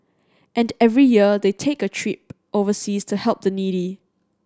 and every year they take a trip overseas to help the needy